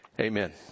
Amen